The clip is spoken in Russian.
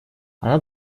она